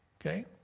Okay